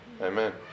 Amen